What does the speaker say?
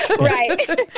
Right